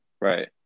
right